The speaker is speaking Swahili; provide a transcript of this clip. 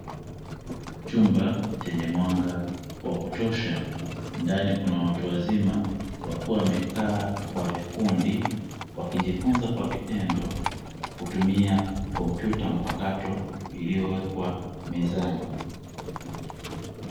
Chumba chenye mwanga wa kutosha ndani kuna watu wazima wakiwa wamekaa kwa vikundi wakijifunza kwa vitendo kutumia kompyuta mpakato iliyowekwa mezani.